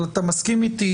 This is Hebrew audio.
אבל אתה מסכים איתי,